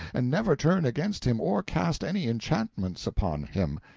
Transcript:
and never turn against him or cast any enchantments upon him.